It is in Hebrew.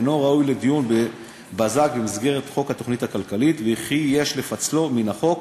אינו ראוי לדיון בזק במסגרת חוק התוכנית הכלכלית ויש לפצלו מן החוק